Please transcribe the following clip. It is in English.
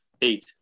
Eight